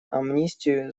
амнистию